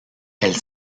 elle